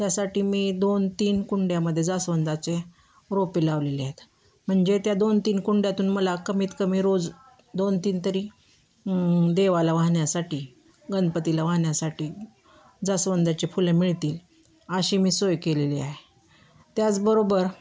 त्यासाठी मी दोन तीन कुंड्यामध्ये जास्वंदाचे रोपे लावलेले आहेत म्हणजे त्या दोन तीन कुंड्यातून मला कमीतकमी रोज दोन तीन तरी देवाला वाहण्यासाठी गणपतीला वाहण्यासाठी जास्वंदाचे फुलं मिळतील अशी मी सोय केलेली आहे त्याचबरोबर